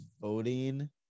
voting –